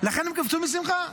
לכן הם קפצו משמחה.